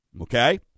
okay